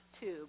tube